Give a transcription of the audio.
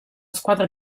squadra